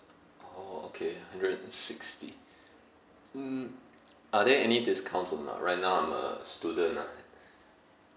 oh okay hundred and sixty mm are there any discounts or not right now I'm a student ah